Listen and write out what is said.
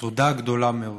תודה גדולה מאוד.